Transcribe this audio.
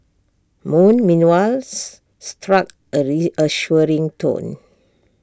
moon meanwhiles struck A reassuring tone